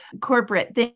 corporate